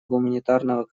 гуманитарного